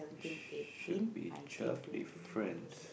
should be twelve difference